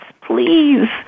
please